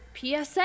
PSA